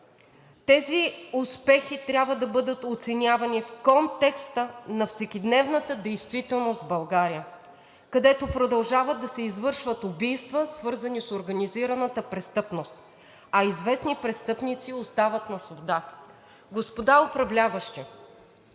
тези успехи трябва да бъдат оценявани в контекста на всекидневната действителност в България, където продължават да се извършват убийства, свързани с организираната престъпност, а известни престъпници остават на свобода.“ Господа управляващи,